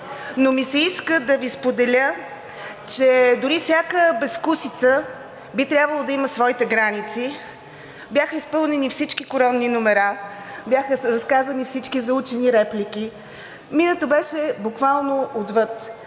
но ми се иска да Ви споделя, че дори всяка безвкусица би трябвало да има своите граници. Бяха изпълнени всички коронни номера, бяха разказани всички заучени реплики, минато беше буквално отвъд.